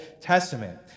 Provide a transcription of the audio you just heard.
Testament